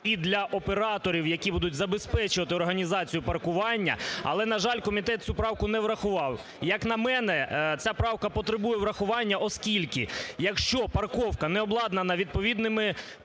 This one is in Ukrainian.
і для операторів, які будуть забезпечувати організацію паркування. Але, на жаль, комітет цю правку не врахував. Як на мене, ця правка потребує врахування, оскільки, якщо парковка не обладнана відповідними